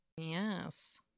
Yes